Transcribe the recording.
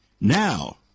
Now